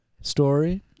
story